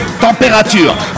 température